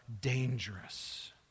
dangerous